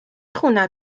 خونه